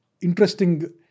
interesting